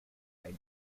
cried